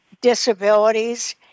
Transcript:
disabilities